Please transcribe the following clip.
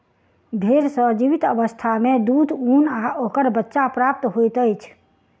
भेंड़ सॅ जीवित अवस्था मे दूध, ऊन आ ओकर बच्चा प्राप्त होइत अछि